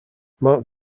mount